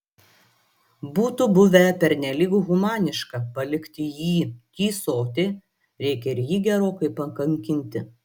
būtų buvę pernelyg humaniška palikti jį tįsoti reikia ir jį gerokai pakankinti